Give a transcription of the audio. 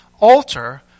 alter